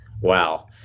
Wow